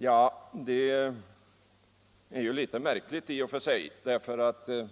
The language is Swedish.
Ja, det är litet märkligt därför att herr